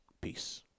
Peace